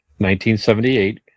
1978